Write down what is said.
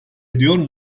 ediyor